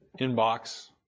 inbox